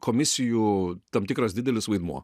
komisijų tam tikras didelis vaidmuo